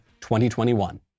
2021